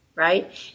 right